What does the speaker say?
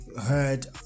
heard